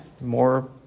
more